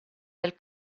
del